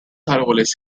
árboles